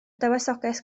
dywysoges